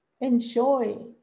enjoy